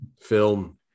film